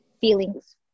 feelings